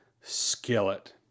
skillet